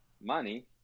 money